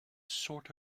sort